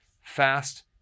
fast